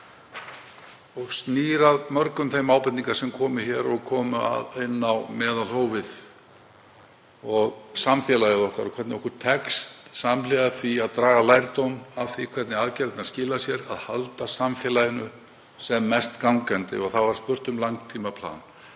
og snýr að mörgum þeim ábendingum sem komu hér og koma inn á meðalhófið og samfélagið okkar og hvernig okkur tekst, samhliða því að draga lærdóm af því hvernig aðgerðirnar skila sér, að halda samfélaginu sem mest gangandi. Spurt var um langtímaplan.